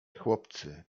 chłopcy